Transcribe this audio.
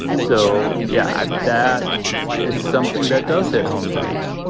so yeah, that is something that does hit home to me,